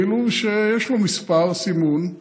כאילו שיש לו מספר סימון,